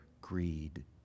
greed